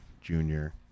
junior